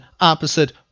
opposite